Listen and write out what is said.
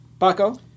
Baco